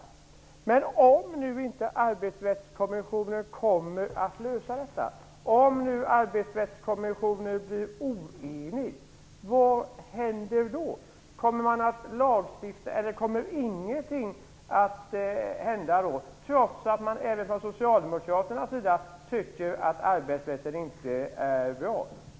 Min fråga till Paavo Vallius är: Om nu inte arbetsrättskommissionen löser detta, om nu arbetsrättskommissionen blir oenig, vad händer då? Kommer ingenting att hända då, trots att man även från Socialdemokraternas sida tycker att arbetsrätten inte är bra?